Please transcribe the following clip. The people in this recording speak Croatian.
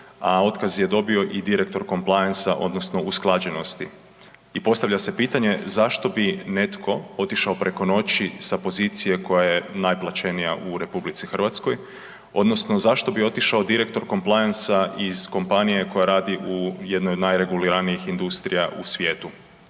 a otkaz je dobio i direktor .../Govornik se ne razumije./... odnosno usklađenosti i postavlja se pitanje zašto bi netko otišao preko noći sa pozicije koja je najplaćenija u RH odnosno zašto bi otišao direktor .../Govornik se ne razumije./... iz kompanije koja radi u jednoj od najreguliranijih industrija u svijetu?